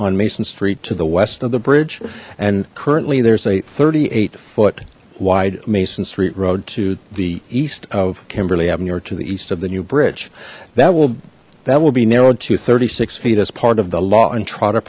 on mason street to the west of the bridge and currently there's a thirty eight foot wide mason street road to the east of kimberly avenue to the east of the new bridge that will that will be narrowed to thirty six feet as part of the law and tr